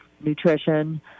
nutrition